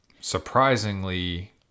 Surprisingly